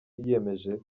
yiyemeje